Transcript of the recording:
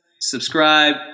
subscribe